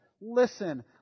Listen